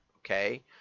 okay